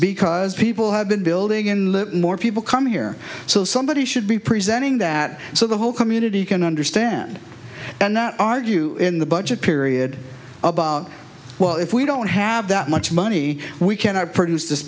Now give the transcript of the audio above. because people have been building in live more people come here so somebody should be presenting that so the whole community can understand and not argue in the budget period about well if we don't have that much money we cannot produce this